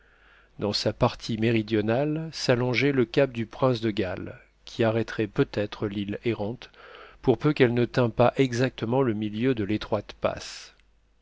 dans sa partie méridionale s'allongeait le cap du prince de galles qui arrêterait peut-être l'île errante pour peu qu'elle ne tînt pas exactement le milieu de l'étroite passe